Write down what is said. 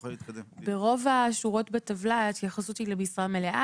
ברוב השורות בטבלה ההתייחסות היא למשרה מלאה,